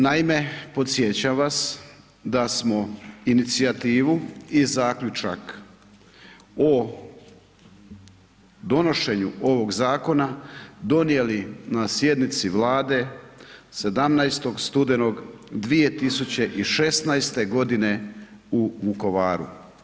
Naime, podsjećam vas da smo inicijativu i zaključak o donošenju ovoga Zakona donijeli na sjednici Vlade 17. studenoga 2016. godine u Vukovaru.